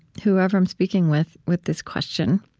whoever i'm speaking with, with this question.